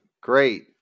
great